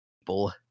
people